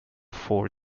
for